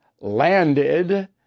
landed